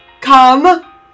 come